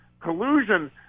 collusion